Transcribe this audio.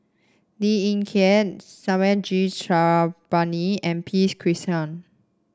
Lee Ling Yen G Sarangapani and P Krishnan